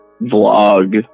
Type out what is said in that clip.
vlog